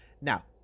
Now